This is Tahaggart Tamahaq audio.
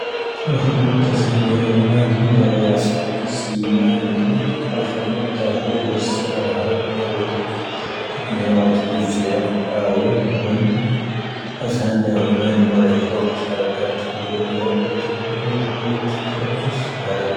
ⴰⵍ-ⴽⵀⴰⴷⵎⴰⴷⴰ ⵙⴰⵏⵏⵉⴰ ⵡⵉⵎⴰⵏⵉⵏ ⵡⴰ ⵔⵉⵢⴰⵙ ⴰⵇⴷⵉⵙⵉ ⵎⴰ'ⴰⵏⵉⵏ. ⴰⵍ-ⴽⵀⴰⴷⵎⴰⴷⴰ ⴼⵓⵍⵀⵓⵔ ⵙⴰⵏⵏⵉⴰ ⵡⴰ ⵀⴰⵔⴰⴷ ⵎⴻⵀⵓⵜⵉⵜ ⵏⵉⴰ ⵡⴰ ⵜⴰⴷⵣⵉⴰ. ⴰⵣⵀⴰⵏⵏⵉⴰ ⵡⵉⵎⴰⵏⵉⵏ ⵡⴰ ⵔⵉⴼⴰⵇⴷⵓⵙ ⵀⴰⵔⴰⴷ ⴰⵔⴰⴷ ⴽⵓⵍⵡⴻⵜ ⵏⵉⴰ ⵡⴰ ⵜⴰⴷⴷⵓⴱⴻⴷⴻ ⵉⵜⴽ ⴼⴰⴷⴷⵓⵙ ⵀⴰⵔⴰⴷ.